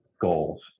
goals